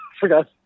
forgot